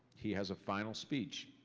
he has a final speech